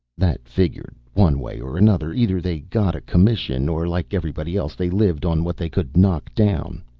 that figured one way or another either they got a commission, or, like everybody else, they lived on what they could knock down.